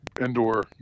indoor